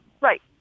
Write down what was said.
Right